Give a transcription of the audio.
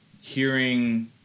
hearing